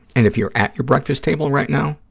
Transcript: and if you're at your breakfast table right now,